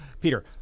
Peter